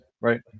right